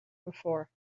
before